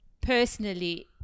Personally